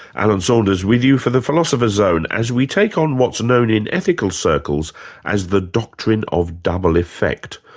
alan saunders with you for the philosopher's zone as we take on what's known in ethical circles as the doctrine of double effect,